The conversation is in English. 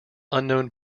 unknown